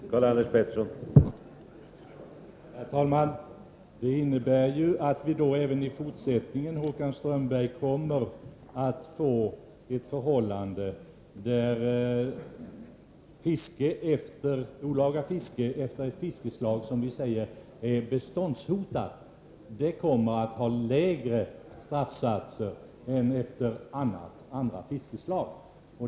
Herr talman! Vad Håkan Strömberg säger innebär ju att vi även i fortsättningen kommer att få ett förhållande där olaga fiske efter ett fiskslag som är vad vi kallar beståndshotat kommer att ha lägre straffsatser än olaga fiske efter andra fiskslag.